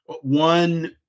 One